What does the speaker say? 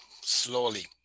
slowly